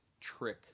trick